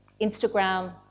Instagram